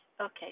Okay